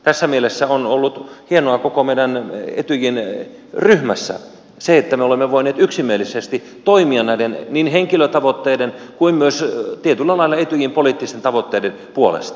tässä mielessä on ollut hienoa koko meidän etyjin ryhmässä se että me olemme voineet yksimielisesti toimia niin näiden henkilötavoitteiden kuin myös tietyllä lailla etyjin poliittisten tavoitteiden puolesta